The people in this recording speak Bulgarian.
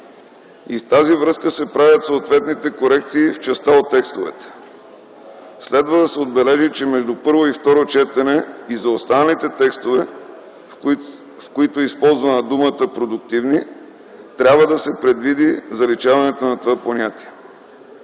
и в тази връзка се правят съответните корекции в част от текстовете. Следва да се отбележи, че между първо и второ четене и за останалите текстове, в които е използвана думата „продуктивни” трябва да се предвиди заличаването на това понятие.